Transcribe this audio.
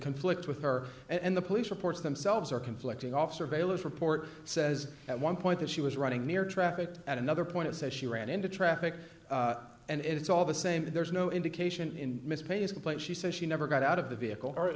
conflict with her and the police reports themselves or conflicting off surveillance report says at one point that she was running near traffic at another point it says she ran into traffic and it's all the same there's no indication in myspace complaint she says she never got out of the vehicle or